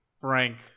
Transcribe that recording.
Frank